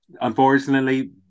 unfortunately